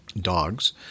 dogs